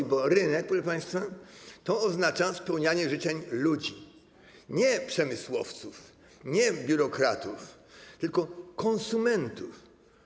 Bo działanie rynku, proszę państwa, oznacza spełnianie życzeń ludzi: nie przemysłowców, nie biurokratów, tylko konsumentów.